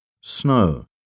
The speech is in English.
Snow